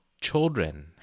children